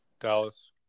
Dallas